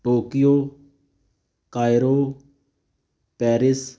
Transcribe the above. Tokyo Cairo Paris